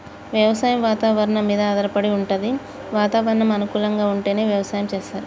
వ్యవసాయం వాతవరణం మీద ఆధారపడి వుంటది వాతావరణం అనుకూలంగా ఉంటేనే వ్యవసాయం చేస్తరు